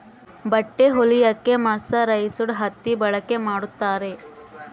ಬಟ್ಟೆ ಹೊಲಿಯಕ್ಕೆ ಮರ್ಸರೈಸ್ಡ್ ಹತ್ತಿ ಬಳಕೆ ಮಾಡುತ್ತಾರೆ